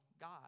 god